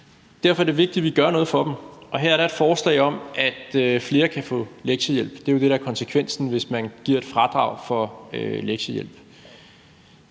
Derfor er det vigtigt, at vi gør noget for dem, og her er der et forslag om, at flere kan få lektiehjælp. Det er jo det, der er konsekvensen, hvis man giver et fradrag for lektiehjælp.